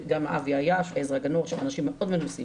ונמצא